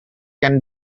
can